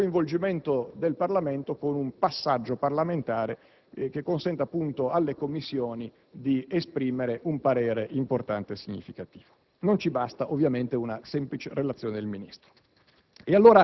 preveda un coinvolgimento del Parlamento con un passaggio parlamentare che consenta alle Commissioni di esprimere un parere importante e significativo. Non ci basta ovviamente una semplice relazione del Ministro.